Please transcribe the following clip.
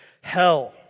hell